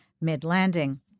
mid-landing